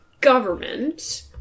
government